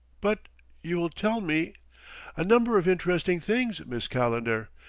but you will tell me a number of interesting things, miss calendar,